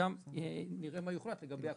שם נראה מה יוחלט לגבי הקופות.